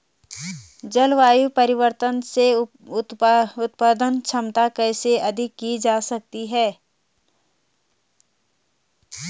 जलवायु परिवर्तन से उत्पादन क्षमता कैसे अधिक की जा सकती है?